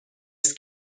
است